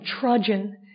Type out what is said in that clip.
trudging